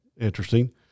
interesting